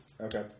Okay